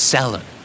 Seller